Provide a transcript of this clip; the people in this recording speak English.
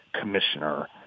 commissioner